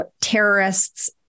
terrorists